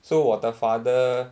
so 我的 father